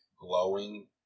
glowing